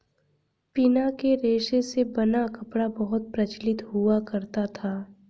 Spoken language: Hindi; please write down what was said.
पिना के रेशे से बना कपड़ा बहुत प्रचलित हुआ करता था